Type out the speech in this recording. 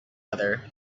other